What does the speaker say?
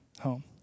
home